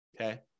Okay